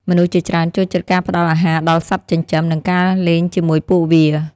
មនុស្សជាច្រើនចូលចិត្តការផ្តល់អាហារដល់សត្វចិញ្ចឹម និងការលេងជាមួយពួកវា។